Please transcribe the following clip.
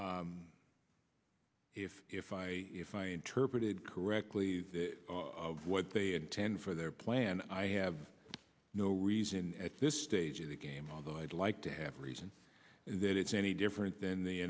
r if if i if i interpreted correctly what they intend for their plan i have no reason at this stage of the game although i'd like to have a reason that it's any different than the